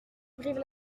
brive